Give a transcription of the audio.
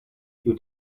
you